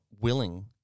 willing